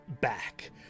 back